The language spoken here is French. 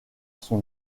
son